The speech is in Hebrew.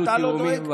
יעשו תיאומים.